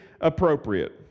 appropriate